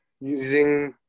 using